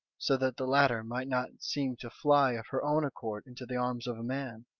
so that the latter might not seem to fly of her own accord into the arms of a man.